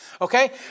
Okay